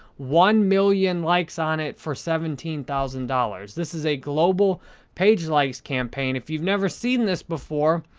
one million likes on it for seventeen thousand dollars. this is a global page likes campaign. if you've never seen this before,